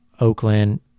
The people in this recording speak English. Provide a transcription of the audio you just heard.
Oakland